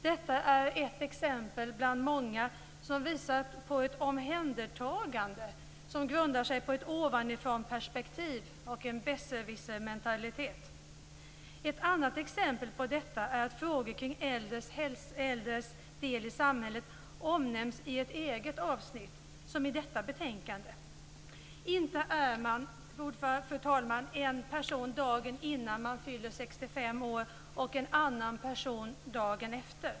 Detta är ett exempel bland många som visar på ett omhändertagande som grundar sig på ett ovanifrånperspektiv och en besserwissermentalitet. Ett annat exempel på detta är att frågor kring äldres del i samhället omnämns i ett eget avsnitt, som i detta betänkande. Inte är man, fru talman, en person dagen innan man fyller 65 år och en annan person dagen efter.